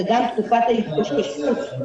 וגם תקופת ההתאוששות,